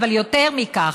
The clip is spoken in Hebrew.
אבל יותר מכך,